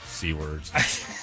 C-words